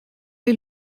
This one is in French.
est